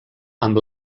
amb